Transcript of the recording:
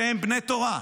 שהם בני תורה,